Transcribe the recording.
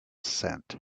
cent